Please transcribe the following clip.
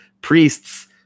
priests